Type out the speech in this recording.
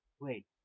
Wait